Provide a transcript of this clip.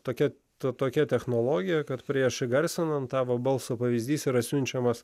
tokia ta tokia technologija kad prieš įgarsinant tavo balsą pavyzdys yra siunčiamas